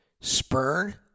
spurn